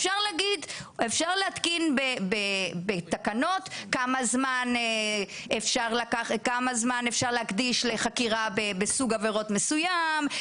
אפשר להתקין בתקנות כמה זמן אפשר להקדיש בסוג עבירות מסוים,